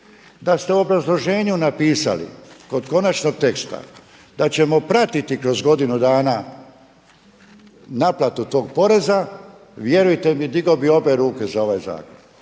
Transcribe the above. Da ste u obrazloženju napisali kod konačnog teksta da ćemo pratiti kroz godinu dana naplatu tog poreza, vjerujte mi digao bih obje ruke za ovaj zakon.